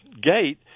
gate